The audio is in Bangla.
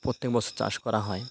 প্রত্যেক বছর চাষ করা হয়